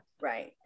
Right